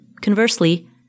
conversely